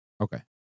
Okay